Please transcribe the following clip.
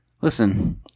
listen